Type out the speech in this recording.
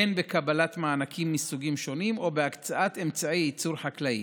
הן בקבלת מענקים מסוגים שונים והן בהקצאת אמצעי ייצור חקלאיים.